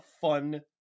fun